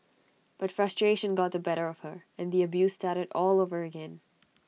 but frustration got the better of her and the abuse started all over again